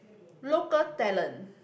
local talent